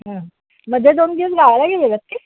मध्ये दोन दिवस गावाला गेलेलात की